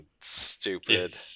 stupid